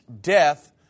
death